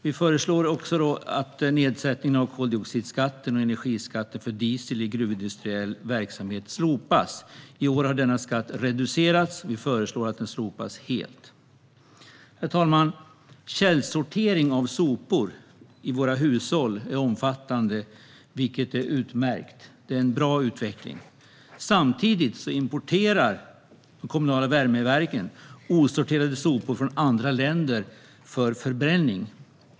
Vi föreslår också en nedsättning av koldioxidskatten och att energiskatten för diesel i gruvindustriell verksamhet slopas. I år har denna skatt reducerats, men vi föreslås att den slopas helt. Herr talman! Källsortering av sopor i hushållen är omfattande, vilket är utmärkt. Det är en bra utveckling. Samtidigt importerar de kommunala värmeverken osorterade sopor från andra länder för förbränning.